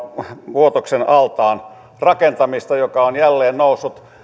vuotoksen altaan rakentamista joka on jälleen noussut